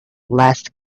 last